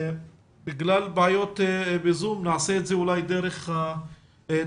בגלל בעיות בזום נעשה את זה אולי דרך הטלפון.